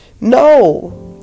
No